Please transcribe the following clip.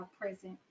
present